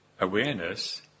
awareness